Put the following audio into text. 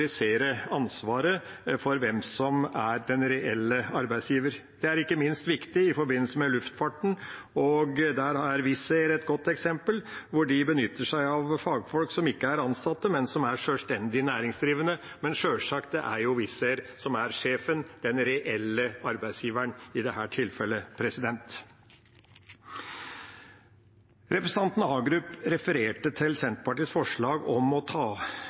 ansvaret for hvem som er den reelle arbeidsgiver. Det er ikke minst viktig i forbindelse med luftfarten, og der er Wizz Air et godt eksempel, hvor de benytter seg av fagfolk som ikke er ansatte, men som er sjølstendig næringsdrivende. Men sjølsagt er det Wizz Air som er sjefen, den reelle arbeidsgiveren i dette tilfellet. Representanten Hagerup refererte til Senterpartiets forslag om å ta